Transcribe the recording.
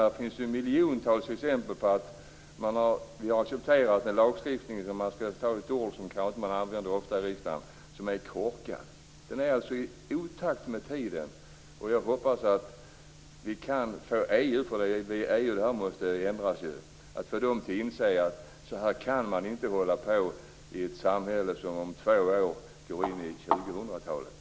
Det finns ju miljontals exempel på att man har accepterat en lagstiftning som är - för att använda ett uttryck som man inte använder så ofta i riksdagen - korkad. Personuppgiftslagen är i otakt med tiden. Jag hoppas att vi kan få EU att inse att man inte kan hålla på så här i ett samhälle som om två år går in i 2000